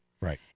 Right